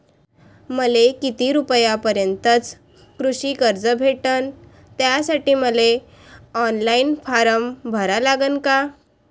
मले किती रूपयापर्यंतचं कृषी कर्ज भेटन, त्यासाठी मले ऑनलाईन फारम भरा लागन का?